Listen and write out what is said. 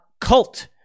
cult